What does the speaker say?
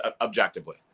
objectively